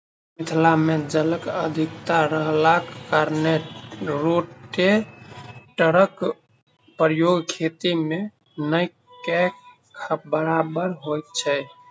मिथिला मे जलक अधिकता रहलाक कारणेँ रोटेटरक प्रयोग खेती मे नै के बराबर होइत छै